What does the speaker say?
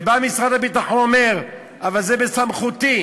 ובא משרד הביטחון ואומר: אבל זה בסמכותי.